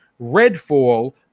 Redfall